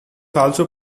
also